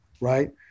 right